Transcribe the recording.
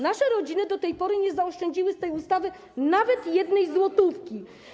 Nasze rodziny do tej pory nie zaoszczędziły z tej ustawy nawet jednej złotówki.